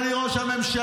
אדוני ראש הממשלה,